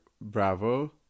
Bravo